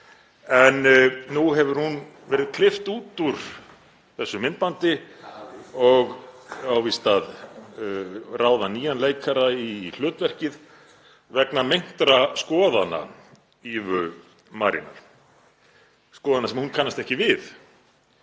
en nú hefur hún verið klippt út úr þessu myndbandi og á víst að ráða nýjan leikara í hlutverkið vegna meintra skoðana Ivu Marínar, skoðana sem hún kannast ekki við